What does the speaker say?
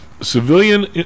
Civilian